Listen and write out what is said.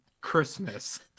Christmas